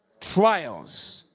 trials